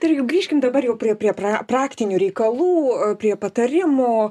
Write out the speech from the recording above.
tai jau ir grįžkim dabar jau prie prie pra praktinių reikalų prie patarimų